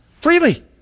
freely